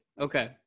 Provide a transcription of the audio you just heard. Okay